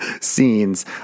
scenes